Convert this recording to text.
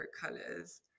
colors